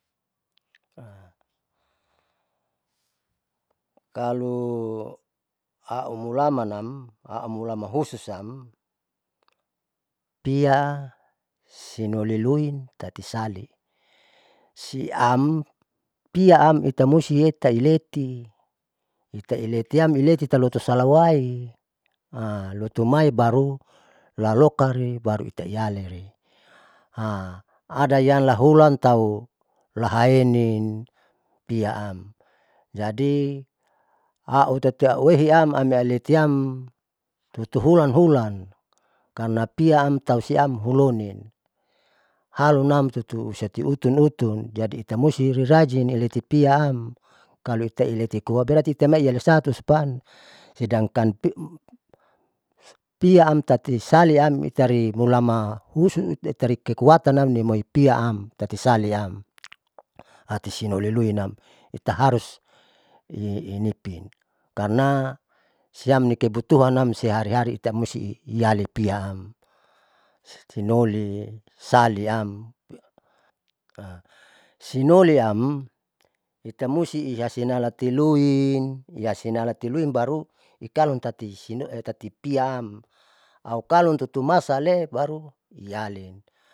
Kalu aumulamanam au mulaman hosusam pia sinolilui tati sali siampiam itamusti letaileti itailetian ileti tolusalawai, lotumai baru laloka li baru itaiali adayan lahulan tau lahaenin piaam jadi autati auwehiam amealitiam tutuhulan hulan karna piaam tausiaam, hulonie alunam tutuhusati utun utun jadi itamusti irajin ileti piaam kalo ita iletikoa berarti itamai ialisa tesupan sidangkan piaam tati sali am itali mulama husute tari kekuatan nimoi piaam tati saliam hatisinoliluinam itaharus inipin karna siamnikebutuhan nam siari ari ita musti ialipiaam sinoli. saliam sinoliam itamusti siana tiatiluin iyasina tatiluin baru ikalon tati sinoli tati piaam au kalon tutumasale baru ialin.